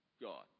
God